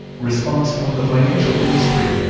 response from the financial industry